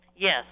Yes